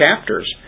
chapters